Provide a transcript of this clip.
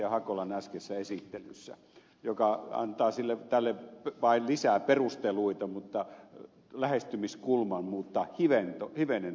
hakolan äskeisessä esittelyssä huomiota yhteen asiaan joka antaa tälle vain lisää perusteluita mutta lähestymiskulman muuttaa hivenen toisenlaiseksi